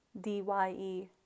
D-Y-E